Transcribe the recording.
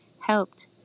helped